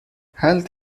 health